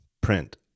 print